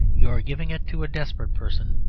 you are giving it to a desperate person,